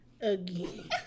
again